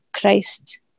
Christ